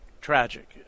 tragic